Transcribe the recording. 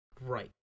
right